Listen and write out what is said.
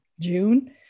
June